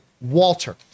Walter